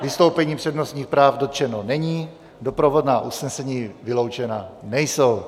Vystoupení přednostních práv dotčeno není, doprovodná usnesení vyloučena nejsou.